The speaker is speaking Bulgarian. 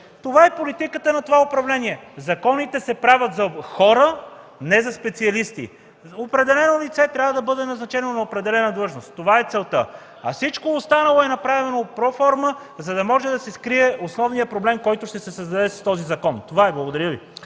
Това е политиката на управлението – законите се правят за хора, не за специалисти. Определено лице трябва да бъде назначено на определена длъжност. Това е целта. А всичко останало е направено проформа, за да може да се скрие основният проблем, който ще се създаде с този закон. Това е. Благодаря Ви.